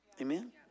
Amen